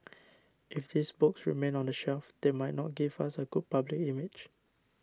if these books remain on the shelf they might not give us a good public image